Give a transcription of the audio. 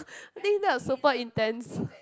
I think that was super intense